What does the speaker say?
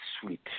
sweet